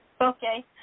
Okay